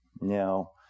Now